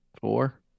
Four